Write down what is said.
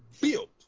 built